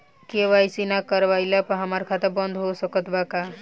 KYC ना करवाइला पर हमार खाता बंद हो सकत बा का?